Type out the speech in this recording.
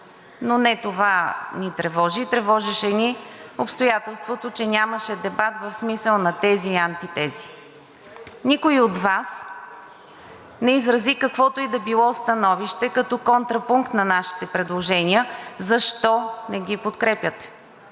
но не това ни тревожи, тревожеше ни обстоятелството, че нямаше дебат в смисъл на тези и антитези. Никой от Вас не изрази каквото и да е било становище като контрапункт на нашите предложения, защо не ги подкрепяте.